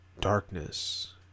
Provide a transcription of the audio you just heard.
Darkness